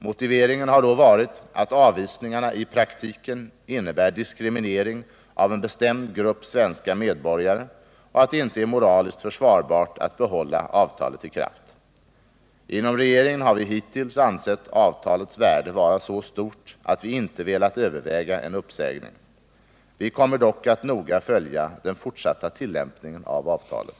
Motiveringen har då varit att avvisningarna i praktiken innebär diskriminering av en bestämd grupp svenska medborgare och att det inte är moraliskt försvarbart att behålla avtalet i kraft. Inom regeringen har vi hittills ansett avtalets värde vara så stort, att vi inte velat överväga en uppsägning. Vi kommer dock att noga följa den fortsatta tillämpningen av avtalet.